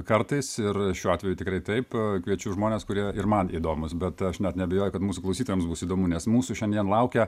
kartais ir šiuo atveju tikrai taip kviečiu žmones kurie ir man įdomūs bet aš net neabejoju kad mūsų klausytojams bus įdomu nes mūsų šiandien laukia